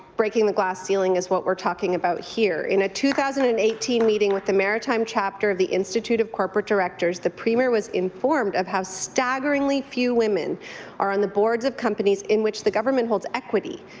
breaking the glass ceiling ceiling is what we're talking about here. in a two thousand and eighteen meeting with the maritime chapter of the institute of corporate directors the premier was informed of how staggerly few women are on the boards of companies in which the government holds equity.